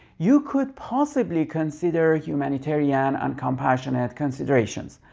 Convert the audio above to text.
you could possibly consider humanitarian and compassionate considerations.